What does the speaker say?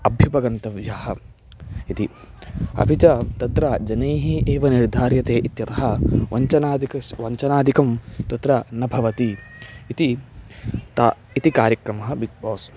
अभ्युपगन्तव्यः इति अपि च तत्र जनैः एव निर्धार्यते इत्यतः वञ्चनादिकं वञ्चनादिकं तत्र न भवति इति त इति कार्यक्रमः बिग्बास्